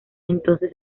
entonces